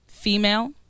Female